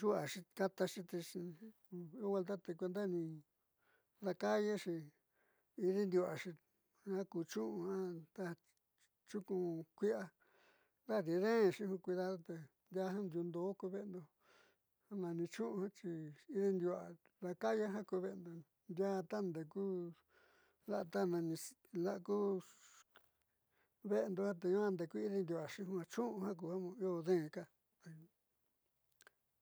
yu'uaxi tataxi te io huelta kuenda daakaayaxi idiindiu'uaxi jiaa ku ja chu'un ta nchuunku kui'ia dadi deenxi cuidado te ndiaa jiaa ndiuuado'o ku ve'enda ja nani chu'un xi idiindiu'ua daakaaya jiaa ku ve'endo ndiaá ta nun ndeku ve'endo te ñuaa ndeku idindiu'uaxi ja chu'un kuja de'enka.